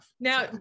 Now